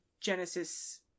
Genesis